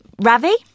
Ravi